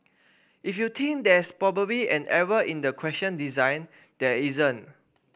if you think there's probably an error in the question design there isn't